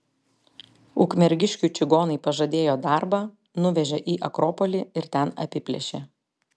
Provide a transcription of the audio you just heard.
ukmergiškiui čigonai pažadėjo darbą nuvežė į akropolį ir ten apiplėšė